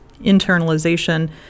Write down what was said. internalization